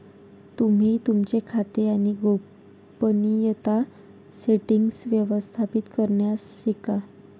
तुम्ही तुमचे खाते आणि गोपनीयता सेटीन्ग्स व्यवस्थापित करण्यास शिका